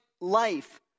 life